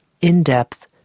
in-depth